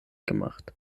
gemacht